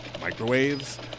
microwaves